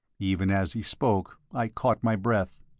even as he spoke, i caught my breath,